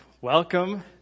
Welcome